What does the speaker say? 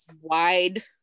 wide